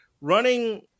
running